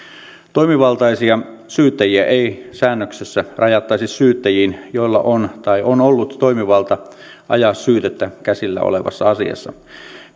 toimivaltaisia syyttäjiä ei säännöksessä rajattaisi syyttäjiin joilla on tai on ollut toimivalta ajaa syytettä käsillä olevassa asiassa